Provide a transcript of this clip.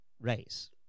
race